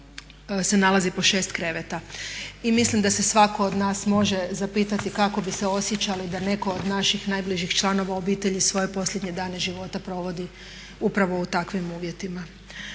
se nalazi po 6 kreveta. I mislim da se svako od nas može zapitati kako bi se osjećali da netko od naših najbližih članova obitelji svoje posljednje dane života provodi upravo u takvim uvjetima.